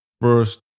first